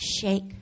shake